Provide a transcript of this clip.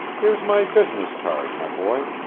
here's my business card, my boy.